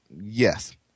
yes